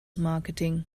marketing